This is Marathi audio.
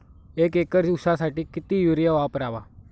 एक एकर ऊसासाठी किती युरिया वापरावा?